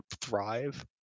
thrive